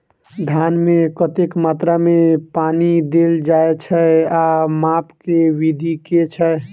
धान मे कतेक मात्रा मे पानि देल जाएँ छैय आ माप केँ विधि केँ छैय?